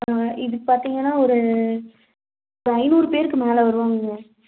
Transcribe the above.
இது பார்த்தீங்கன்னா ஒரு ஒரு ஐநூறு பேருக்கு மேலே வருவாங்க